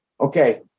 Okay